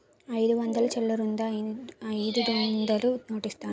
అయిదు వందలు చిల్లరుందా అయిదొందలు నోటిస్తాను?